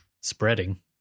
spreading